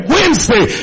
Wednesday